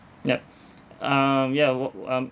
yup um ya wha~ um